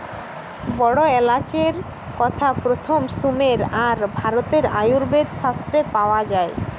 বড় এলাচের কথা প্রথম সুমের আর ভারতের আয়ুর্বেদ শাস্ত্রে পাওয়া যায়